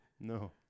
No